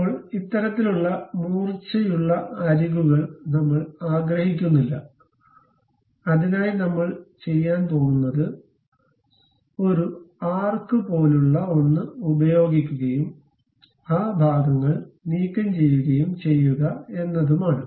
ഇപ്പോൾ ഇത്തരത്തിലുള്ള മൂർച്ചയുള്ള അരികുകൾ നമ്മൾ ആഗ്രഹിക്കുന്നില്ല അതിനായി നമ്മൾ ചെയ്യാൻ പോകുന്നത് ഒരു ആർക്ക് പോലുള്ള ഒന്ന് ഉപയോഗിക്കുകയും ആ ഭാഗങ്ങൾ നീക്കംചെയ്യുകയും ചെയ്യുക എന്നതുമാണ്